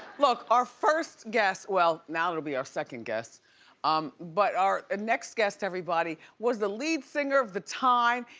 look, our first guest, well, now it'll be our second guest um but our next guest, everybody, was the lead singer of the time,